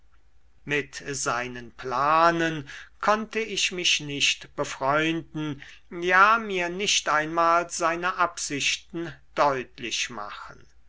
mit seinen planen konnte ich mich nicht befreunden ja mir nicht einmal seine absichten deutlich machen